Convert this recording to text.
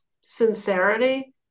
sincerity